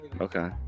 Okay